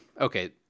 okay